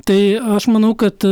tai aš manau kad